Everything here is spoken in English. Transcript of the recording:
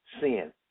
sin